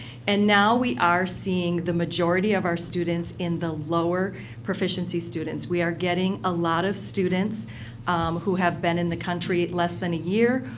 and now we are seeing the majority of our students in the lower proficiency students. we are getting a lot of students who have been in the country less than a year,